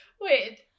wait